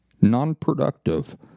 non-productive